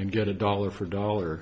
and get a dollar for dollar